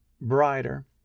brighter